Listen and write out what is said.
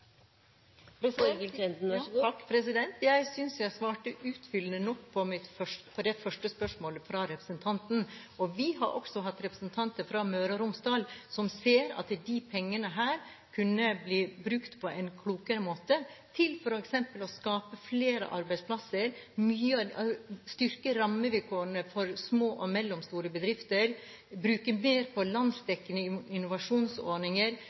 Jeg synes jeg svarte utfyllende nok på det første spørsmålet fra representanten. Vi har også hatt representanter fra Møre og Romsdal som ser at disse pengene kunne bli brukt på en klokere måte, f.eks. til å skape flere arbeidsplasser, styrke rammevilkårene for små og mellomstore bedrifter, bruke mer på landsdekkende innovasjonsordninger,